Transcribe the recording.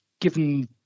given